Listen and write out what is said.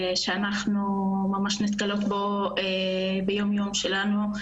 שאנחנו ממש נתקלות בו ביום יום שלנו.